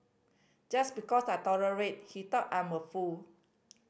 just because I tolerated he thought I'm a fool